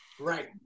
Right